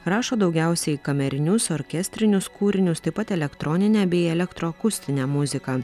rašo daugiausiai kamerinius orkestrinius kūrinius taip pat elektroninę bei elektro akustinę muziką